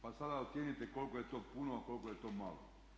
Pa sada ocijenite koliko je to puno, koliko je to malo.